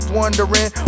wondering